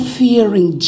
fearing